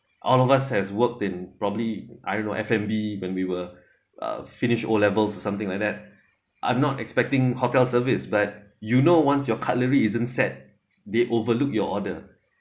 all of us has worked in probably I don't know f and b when we were uh finished o levels or something like that I'm not expecting hotel service but you know once your cutlery isn't set they overlooked your order